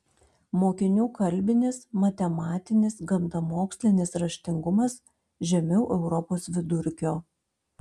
mokinių kalbinis matematinis gamtamokslinis raštingumas žemiau europos vidurkio